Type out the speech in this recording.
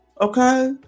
Okay